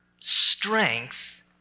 Strength